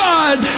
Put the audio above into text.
God